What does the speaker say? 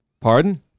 Pardon